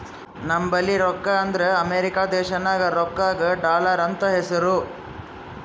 ನಂಬಲ್ಲಿ ರೊಕ್ಕಾ ಅಂದುರ್ ಅಮೆರಿಕಾ ದೇಶನಾಗ್ ರೊಕ್ಕಾಗ ಡಾಲರ್ ಅಂತ್ ಹೆಸ್ರು